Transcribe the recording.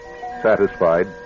Satisfied